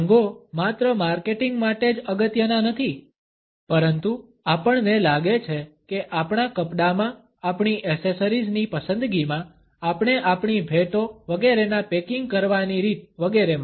રંગો માત્ર માર્કેટિંગ માટે જ અગત્યના નથી પરંતુ આપણને લાગે છે કે આપણા કપડાંમાં આપણી એસેસરીઝ ની પસંદગીમાં આપણે આપણી ભેટો વગેરેના પેકિંગ કરવાની રીત વગેરેમાં